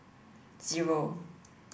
zero